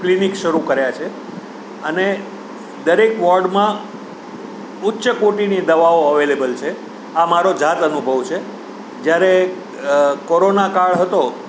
clinic શરૂ કર્યા છે અને દરેક વોર્ડમાં ઉચ્ચ કોટિની દવાઓ અવેલેબલ છે આ મારો જાત અનુભવ છે જ્યારે કોરોના કાળ હતો